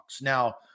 Now